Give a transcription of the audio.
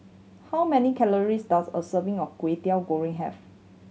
how many calories does a serving of Kway Teow Goreng have